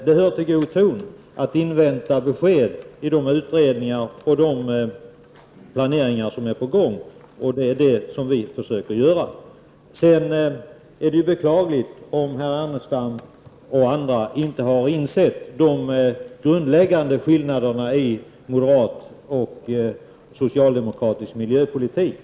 Det hör till god ton att invänta besked från de utredningar och planeringar som håller på att arbeta. Det är vad vi försöker att göra. Det är beklagligt om Lars Ernestam och andra inte har insett de grundläggande skillnaderna i moderat och socialdemokratisk miljöpolitik.